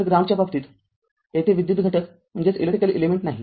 तर ग्राऊंडच्या बाबतीततर हे तेथे विद्युत घटक नाही